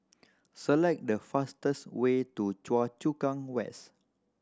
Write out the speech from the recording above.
select the fastest way to Choa Chu Kang West